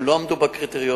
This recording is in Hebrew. הם לא עמדו בקריטריונים,